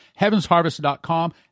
HeavensHarvest.com